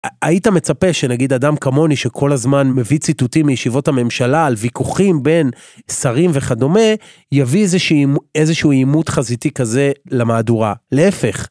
היית מצפה שנגיד אדם כמוני שכל הזמן מביא ציטוטים מישיבות הממשלה על ויכוחים בין שרים וכדומה, יביא איזשהו אימות חזיתי כזה למהדורה. להפך.